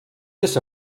this